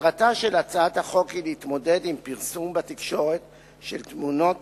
מטרתה של הצעת החוק היא להתמודד עם פרסום בתקשורת של תמונות